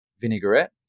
vinaigrette